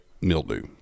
mildew